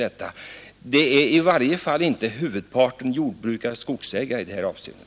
Huvudparten är i varje fall inte jordbrukare och skogsägare.